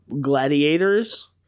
gladiators –